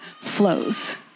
flows